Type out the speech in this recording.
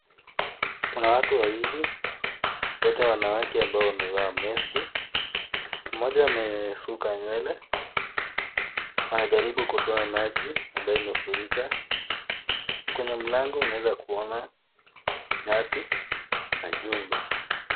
Kuna watu wawili wote wanawake wamevaa meski moja amesuka nywele anajaribu kutoa maji ambaye imefurika kwenye mlango unaweza kuona nyasi na chumba.